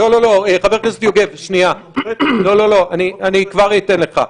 חבר הכנסת לשעבר יוגב, כבר אתן לך.